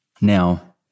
Now